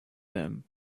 then